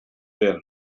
byr